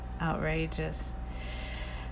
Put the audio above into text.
outrageous